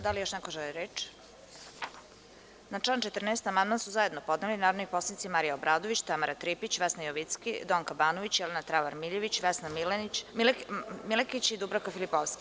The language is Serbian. Da li još neko želi reč? (Ne) Na član 14. amandman su zajedno podneli narodni poslanici Marija Obradović, Tamara Tripić, Vesna Jovicki, Donka Banović, Jelena Travar Miljević, Vesna Milekić i Dubravka Filipovski.